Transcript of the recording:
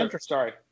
Sorry